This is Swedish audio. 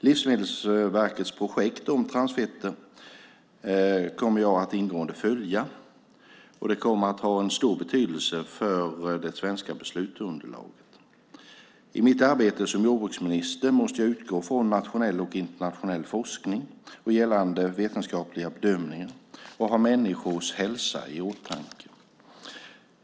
Livsmedelsverkets projekt om transfetter kommer jag att ingående följa, och det kommer att ha en stor betydelse för det svenska beslutsunderlaget. I mitt arbete som jordbruksminister måste jag utgå ifrån nationell och internationell forskning och gällande vetenskapliga bedömningar och ha människors hälsa i åtanke.